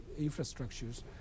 infrastructures